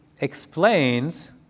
explains